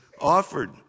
offered